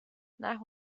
nach